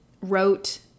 wrote